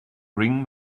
ring